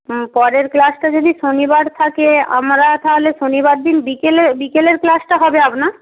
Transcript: হুম পরের ক্লাসটা যদি শনিবার থাকে আমরা তাহলে শনিবার দিন বিকেলে বিকেলের ক্লাসটা হবে আপনার